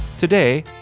Today